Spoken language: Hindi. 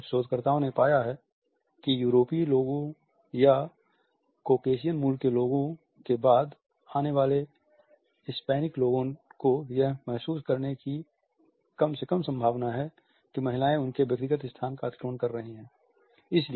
कुछ शोधकर्ताओं ने पाया है कि यूरोपीय लोगों या कोकेशियन मूल के लोगों के बाद आने वाले हिस्पैनिक लोगों को यह महसूस करने की कम से कम संभावना है कि महिलाएं उनके व्यक्तिगत स्थान का अतिक्रमण कर रही हैं